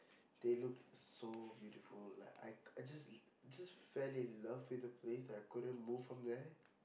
they looked so beautiful like I just I just fell in love with the place and I couldn't from there